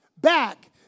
back